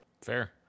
Fair